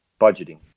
budgeting